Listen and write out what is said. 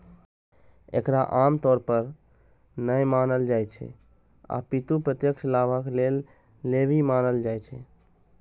एकरा आम तौर पर कर नै मानल जाइ छै, अपितु प्रत्यक्ष लाभक लेल लेवी मानल जाइ छै